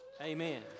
Amen